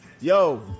yo